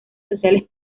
sociales